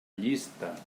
llista